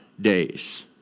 days